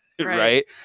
Right